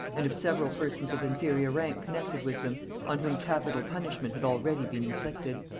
and of several persons of inferior rank connected with them on whom capital punishment had already been inflicted.